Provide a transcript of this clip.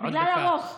בגלל הרוך,